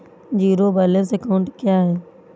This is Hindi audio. ज़ीरो बैलेंस अकाउंट क्या है?